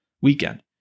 weekend